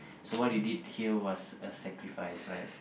so what you did here was a sacrifice right